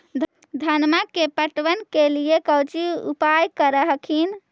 धनमा के पटबन के लिये कौची उपाय कर हखिन?